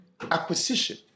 acquisition